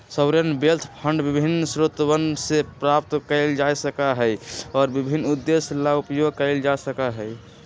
sovereign wealth fund विभिन्न स्रोतवन से प्राप्त कइल जा सका हई और विभिन्न उद्देश्य ला उपयोग कइल जा सका हई